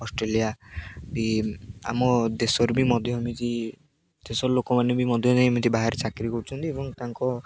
Australia ବି ଆମ ଦେଶରେ ବି ମଧ୍ୟ ଏମିତି ଦେଶର ଲୋକମାନେ ବି ମଧ୍ୟ ଏମିତି ବାହାରେ ଚାକିରି କରୁଛନ୍ତି ଏବଂ ତାଙ୍କ